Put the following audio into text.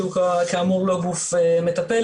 שהוא כאמור לא גוף מטפל,